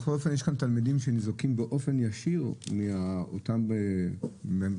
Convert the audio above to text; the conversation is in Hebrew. בכל זאת יש לך תלמידים שניזוקים באופן ישיר מאותם בוחנים,